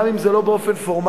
גם אם זה לא באופן פורמלי,